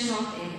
600,000 בערך.